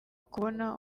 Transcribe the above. kubona